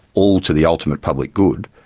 all to the ultimate public good,